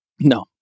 No